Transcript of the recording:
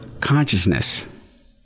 consciousness